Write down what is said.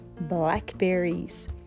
blackberries